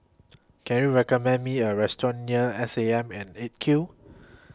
Can YOU recommend Me A Restaurant near S A M An eight Q